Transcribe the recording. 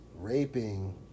raping